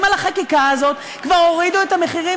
על החקיקה הזאת כבר הורידו את המחירים,